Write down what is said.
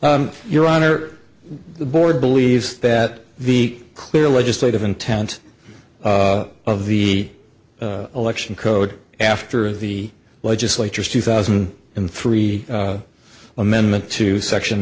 can your honor the board believes that the clear legislative intent of the election code after the legislature's two thousand and three amendment to section